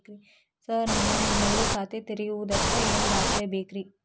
Sir ನಾನು ನಿಮ್ಮಲ್ಲಿ ಖಾತೆ ತೆರೆಯುವುದಕ್ಕೆ ಏನ್ ದಾಖಲೆ ಬೇಕ್ರಿ?